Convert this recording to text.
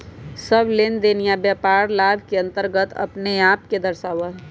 सब लेनदेन या व्यापार लाभ के अन्तर्गत अपने आप के दर्शावा हई